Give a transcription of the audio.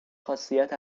خاصیت